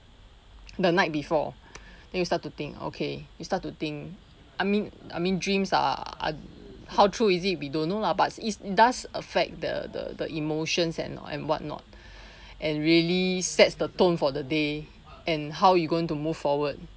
the night before then you start to think okay you start to think I mean I mean dreams are how true is it we don't know lah but it does affect the the the emotions and and what not and really sets the tone for the day and how you going to move forward